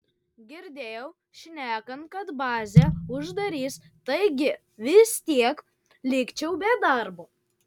girdėjau šnekant kad bazę uždarys taigi vis tiek likčiau be darbo